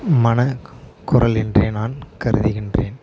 மனக் குரல் என்றே நான் கருதுகின்றேன்